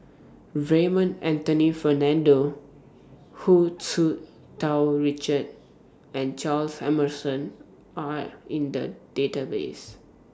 Raymond Anthony Fernando Hu Tsu Tau Richard and Charles Emmerson Are in The Database